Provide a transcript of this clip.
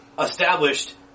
established